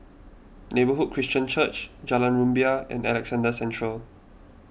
Neighbourhood Christian Church Jalan Rumbia and Alexandra Central